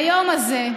ביום הזה,